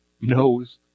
knows